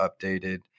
updated